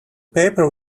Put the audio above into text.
paper